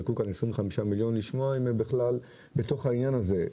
ונשמע אם הם בכלל בתוך העניין הזה.